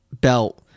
belt